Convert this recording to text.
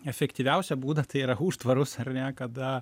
efektyviausią būdą tai yra užtvarus ar ne kada